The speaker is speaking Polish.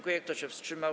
Kto się wstrzymał?